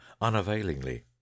unavailingly